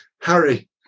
Harry